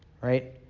right